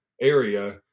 area